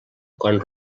quan